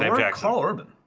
um facts all urban.